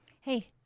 Hey